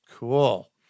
Cool